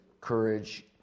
courage